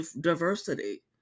diversity